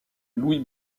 louis